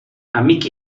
amic